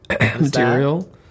material